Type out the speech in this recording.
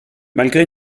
malgré